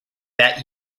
that